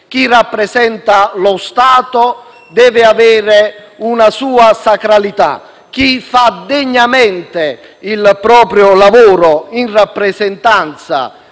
Chi rappresenta lo Stato deve avere una sua sacralità; chi svolge degnamente il proprio lavoro, in rappresentanza